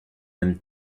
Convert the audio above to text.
même